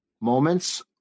moments